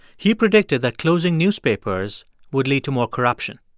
he predicted that closing newspapers would lead to more corruption.